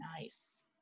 nice